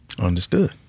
Understood